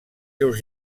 seus